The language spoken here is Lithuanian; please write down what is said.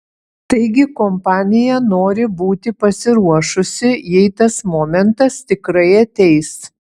taigi kompanija nori būti pasiruošusi jei tas momentas tikrai ateis